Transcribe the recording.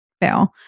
fail